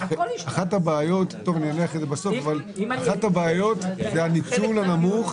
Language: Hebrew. אחת הבעיות היא הניצול הנמוך,